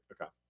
Okay